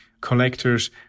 collectors